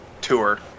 tour